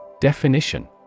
Definition